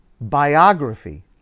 biography